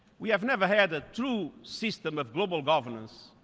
we have never had a true system of global governance,